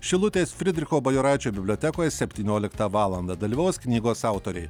šilutės fridricho bajoraičio bibliotekoje septynioliktą valandą dalyvaus knygos autoriai